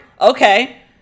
Okay